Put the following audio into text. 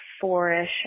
four-ish